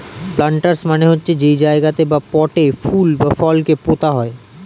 planters মানে হচ্ছে যেই জায়গাতে বা পটে ফুল বা ফল কে পোতা হয়